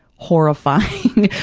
horrifying,